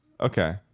Okay